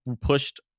pushed